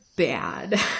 bad